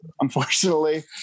unfortunately